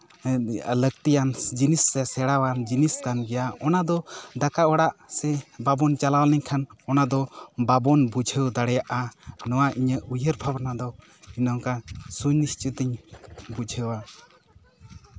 ᱞᱟᱹᱠᱛᱤᱭᱟᱱ ᱡᱤᱱᱤᱥ ᱥᱮ ᱥᱮᱬᱟᱣᱟᱱ ᱡᱤᱱᱤᱥ ᱠᱟᱱ ᱜᱮᱭᱟ ᱚᱱᱟ ᱫᱚ ᱫᱟᱠᱟ ᱚᱲᱟᱜ ᱥᱮ ᱵᱟᱵᱚᱱ ᱪᱟᱞᱟᱣ ᱞᱮᱱᱠᱷᱟᱱ ᱚᱱᱟ ᱫᱚ ᱵᱟᱵᱚᱱ ᱵᱩᱡᱷᱟᱹᱣ ᱫᱟᱲᱮᱭᱟᱜᱼᱟ ᱱᱚᱣᱟ ᱤᱧᱟᱹᱜ ᱩᱭᱦᱟᱹᱨ ᱵᱷᱟᱵᱽᱱᱟ ᱫᱚ ᱱᱚᱝᱠᱟ ᱥᱩᱱᱤᱥᱪᱤᱛ ᱤᱧ ᱵᱩᱡᱷᱟᱹᱣᱟ